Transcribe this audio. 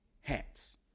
hats